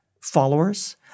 followers